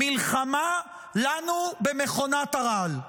מלחמה לנו במכונת הרעל.